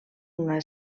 una